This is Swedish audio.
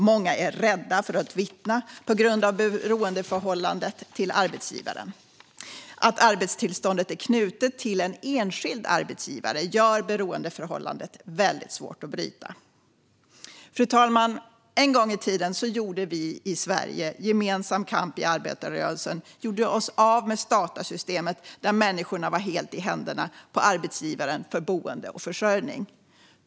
Många är rädda för att vittna på grund av beroendeförhållandet till arbetsgivaren. Att arbetstillståndet är knutet till en enskild arbetsgivare gör beroendeförhållandet väldigt svårt att bryta. Fru talman! En gång i tiden gjorde vi i Sverige genom gemensam kamp inom arbetarrörelsen oss av med statarsystemet, där människor var helt i händerna på arbetsgivaren för boende och försörjning.